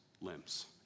limbs